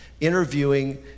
interviewing